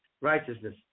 righteousness